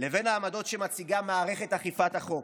לבין העמדות שמציגה מערכת אכיפת החוק.